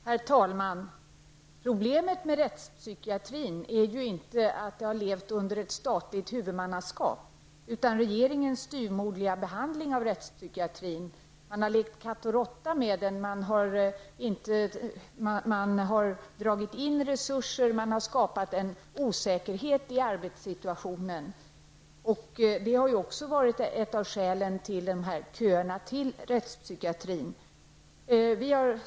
Herr talman! Problemet med rättspsykiatrin är ju inte att det har varit ett statligt huvudmannaskap utan regeringens styvmoderliga behandling av rättspsykiatrin. Man har lekt katt och råtta med den. Det har dragits in resurser och det har skapats en osäkerhet i arbetssituationen. Detta har också varit en av orsakerna till köerna när det gäller rättspsykiatrin.